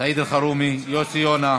סעיד אלחרומי, יוסי יונה,